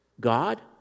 God